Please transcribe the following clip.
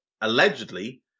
allegedly